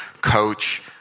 Coach